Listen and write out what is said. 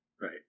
Right